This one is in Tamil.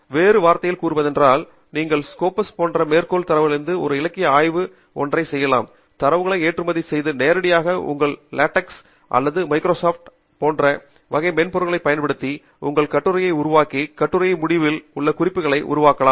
வேறு வார்த்தைகளில் கூறுவதானால் நீங்கள் ஸ்கோப்பாஸ் போன்ற மேற்கோள் தரவுத்தளத்தில் ஒரு இலக்கிய ஆய்வு ஒன்றை செய்யலாம் தரவுகளை ஏற்றுமதி செய்து நேரடியாக உங்கள் லேட்டெக்ஸ் அல்லது மைக்ரோசாஃப்ட் ஆபிஸ் போன்ற வகை மென்பொருளைப் பயன்படுத்தி உங்கள் கட்டுரையை உருவாக்கி கட்டுரை முடிவில் உள்ள குறிப்புகளை உருவாக்கலாம்